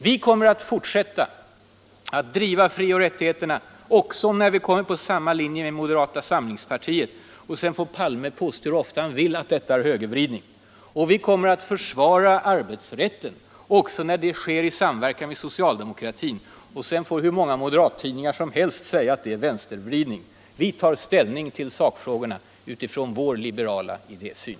Vi kommer att fortsätta att driva frioch rättigheterna också när vi kommer på samma linje som moderata samlingspartiet; sedan far Olof Palme påstå hur ofta han vill att detta är högervridning. Och vi kommer att försvara arbetsrätten också när det sker i samverkan med socialdemokratin; sedan får hur många moderattidningar som helst säga att det är vänstervridning. Vi tar ställning till sakfrågorna utifrån vår liberala idésyn.